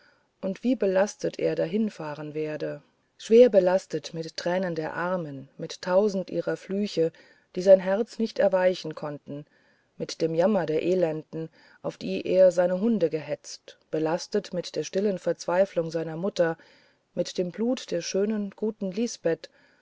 und wie belastet er dahinfahren werde schwer belastet mit tränen der armen mit tausend ihrer flüche die sein herz nicht erweichen konnten mit dem jammer der elenden auf die er seinen hund gehetzt belastet mit der stillen verzweiflung seiner mutter mit dem blut der schönen guten lisbeth